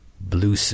blue